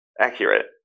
Accurate